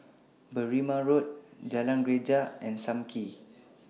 Berrima Road Jalan Greja and SAM Kee